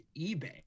eBay